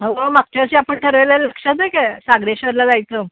हो मागच्या वर्षी आपण ठरवलेलं लक्षात आहे का सागरेश्वरला जायचं